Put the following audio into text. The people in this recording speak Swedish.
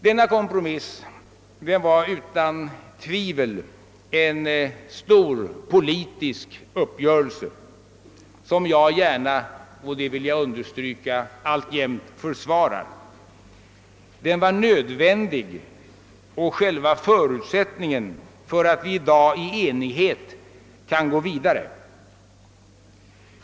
Denna kompromiss var utan tvivel en stor politisk uppgörelse som jag gärna — det vill jag understryka — alltjämt försvarar. Den var nödvändig och själva för utsättningen för att vi i dag i enighet kan gå vidare.